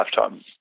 lifetime